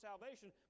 salvation